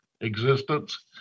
existence